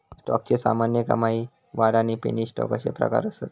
स्टॉकचे सामान्य, कमाई, वाढ आणि पेनी स्टॉक अशे प्रकार असत